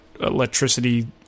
electricity